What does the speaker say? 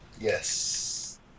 Yes